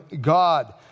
God